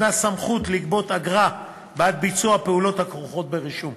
ניתנה סמכות לגבות אגרה בעד ביצוע הפעולות הכרוכות ברישום.